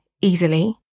easily